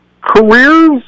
Careers